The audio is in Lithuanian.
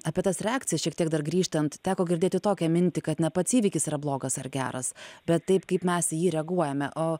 apie tas reakcija šiek tiek dar grįžtant teko girdėti tokią mintį kad ne pats įvykis yra blogas ar geras bet taip kaip mes į jį reaguojame o